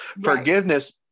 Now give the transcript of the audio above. Forgiveness